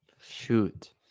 Shoot